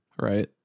Right